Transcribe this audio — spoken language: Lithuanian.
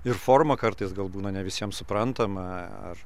ir forma kartais gal būna ne visiem suprantama ar